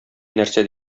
нәрсә